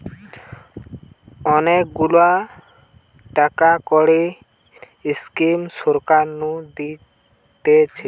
অনেক গুলা টাকা কড়ির স্কিম সরকার নু দিতেছে